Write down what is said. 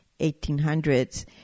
1800s